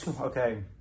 Okay